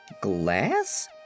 Glass